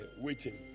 waiting